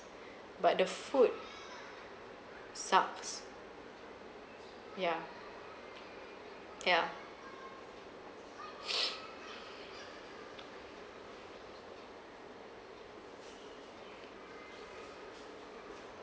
but the food sucks yeah ya